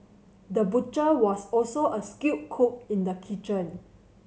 the butcher was also a skilled cook in the kitchen